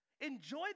Enjoy